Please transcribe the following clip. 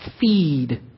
feed